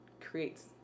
creates